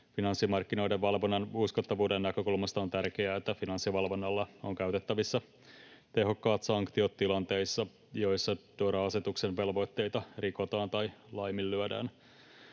finanssimarkkinoiden valvonnan uskottavuuden näkökulmasta on tärkeää, että Finanssivalvonnalla on käytettävissä tehokkaat sanktiot tilanteissa, joissa DORA-asetuksen velvoitteita rikotaan tai laiminlyödään.